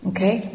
Okay